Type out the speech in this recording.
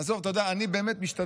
אין, עזוב, אתה יודע, אני באמת משתדל.